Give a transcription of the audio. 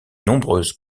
nombreuse